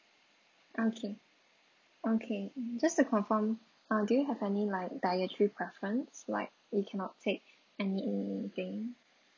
okay okay just to confirm uh do you have any like dietary preference like you cannot take anything